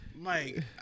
Mike